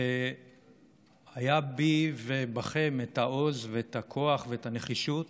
שהיה בי ובכם העוז, הכוח והנחישות